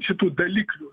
šitų daliklių